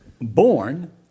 born